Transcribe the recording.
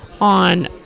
on